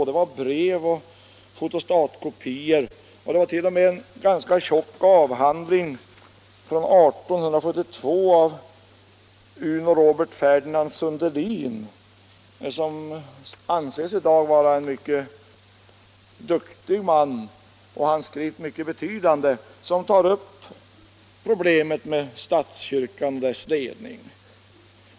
Det har varit brev och fotostatkopior och t.o.m. en ganska tjock avhandling från 1872 skriven av Uno Robert Ferdinand Sundelin, som anses ha varit en mycket kunnig man på detta område. Han tar i sin avhandling upp problemet med statskyrkan och dess ledning.